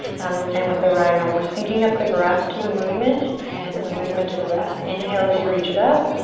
now this time with the right arm we're syncing up the breath to the movement and the movement to the breath. inhale as you reach it up.